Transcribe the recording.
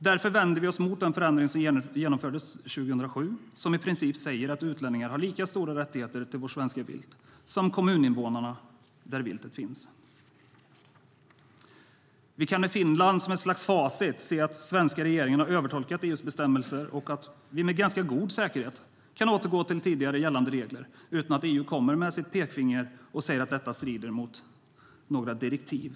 Därför vänder vi oss mot den förändring som genomfördes 2007 och som i princip säger att utlänningar har lika stora rättigheter till vårt svenska vilt som kommuninvånarna där viltet finns. Vi kan med Finland som ett slags facit se att den svenska regeringen har övertolkat EU:s bestämmelser och att vi med ganska god säkerhet kan återgå till tidigare gällande regler utan att EU kommer med sitt pekfinger och säger att detta strider mot några direktiv.